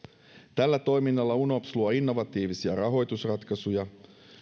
tällä toiminnalla unops luo innovatiivisia rahoitusratkaisuja